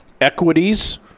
equities